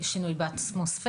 של שינוי באטמוספירה,